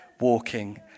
walking